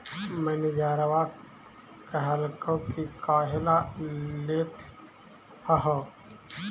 मैनेजरवा कहलको कि काहेला लेथ हहो?